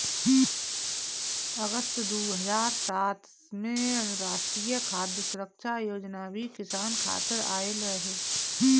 अगस्त दू हज़ार सात में राष्ट्रीय खाद्य सुरक्षा योजना भी किसान खातिर आइल रहे